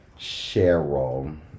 Cheryl